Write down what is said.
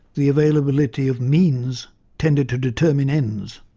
the availability of means tended to determine ends,